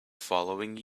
following